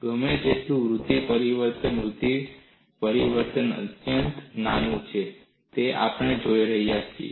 ગમે તેટલું વૃદ્ધિ પરિવર્તન વૃદ્ધિ પરિવર્તન અત્યંત નાનું છે તે આપણે જોઈ રહ્યા છીએ